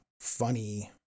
funny